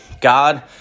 God